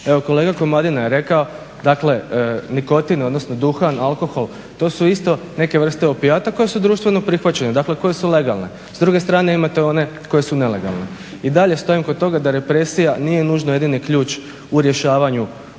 Evo kolega Komadina je rekao dakle nikotin, odnosno duhan, alkohol to su isto neke vrste opijata koje su društveno prihvaćene. Dakle, koje su legalne. S druge strane imate one koje su nelegalne. I dalje stojim kod toga da represija nije nužno jedini ključ u rješavanju